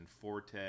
Forte